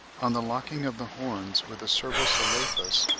on the locking of the horns with the cervus elaphus.